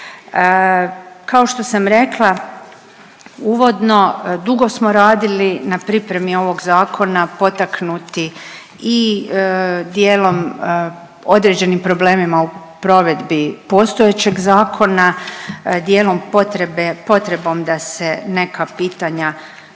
Kao što sam rekla uvodno dugo smo radili na pripremi ovog zakona potaknuti i dijelom određenim problemima u provedbi postojećeg zakona, dijelom potrebom da se neka pitanja